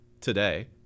today